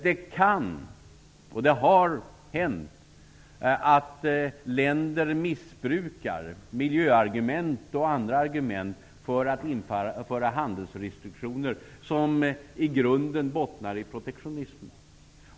Det kan hända, och har hänt, att länder missbrukar miljöargument och andra argument för att införa handelsrestriktioner som i grunden bottnar i protektionism.